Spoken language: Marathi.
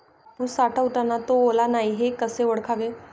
कापूस साठवताना तो ओला नाही हे कसे ओळखावे?